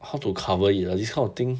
how to cover it ah this kind of thing